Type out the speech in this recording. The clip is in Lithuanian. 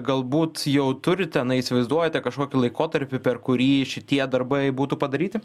galbūt jau turite na įsivaizduojate kažkokį laikotarpį per kurį šitie darbai būtų padaryti